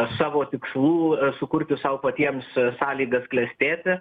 savo tikslų sukurti sau patiems sąlygas klestėti